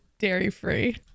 Dairy-free